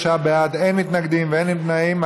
53 בעד, אין מתנגדים ואין נמנעים.